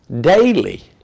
Daily